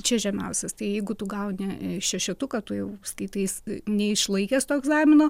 čia žemiausias tai jeigu tu gauni šešetuką tu jau skaitais neišlaikęs to egzamino